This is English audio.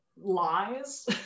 lies